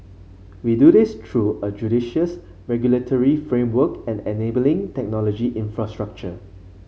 we do this through a judicious regulatory framework and enabling technology infrastructure